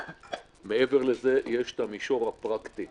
מעבר לזה, יש את המישור הפרקטי.